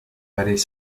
ballets